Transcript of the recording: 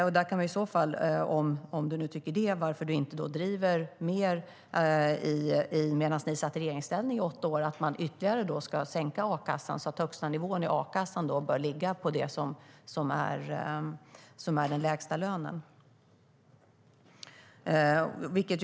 Om du nu tycker så undrar jag: Varför drev du inte detta mer medan ni satt i regeringsställning, som ni gjorde i åtta år, att man ytterligare ska sänka a-kassan och att högstanivån i a-kassan bör ligga på det som är den lägsta lönen?